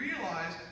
realize